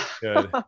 Good